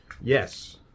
Yes